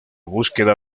búsqueda